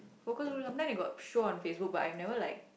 focus group sometime they got show on Facebook I have never like